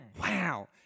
Wow